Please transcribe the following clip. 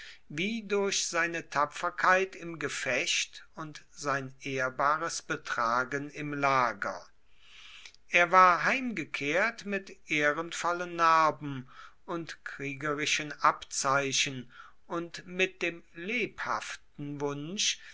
wie durch seine tapferkeit im gefecht und sein ehrbares betragen im lager er war heimgekehrt mit ehrenvollen narben und kriegerischen abzeichen und mit dem lebhaften wunsch